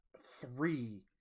Three